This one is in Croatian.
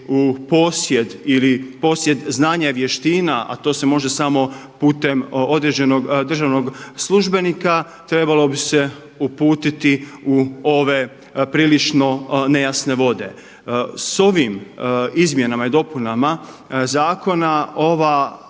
u posjed ili posjed znanja ili vještina a to se može samo putem određenog državnog službenika trebalo bi se uputiti u ove prilično nejasne vode. S ovim izmjenama i dopunama zakona ova